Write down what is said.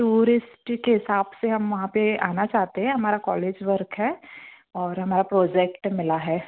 tourist के हिसाब से हम वहाँ पर आना चाहते हैं हमारा कॉलेज वर्क है और हमारा प्रोजेक्ट मिला है